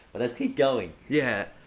but let's keep going. yeah.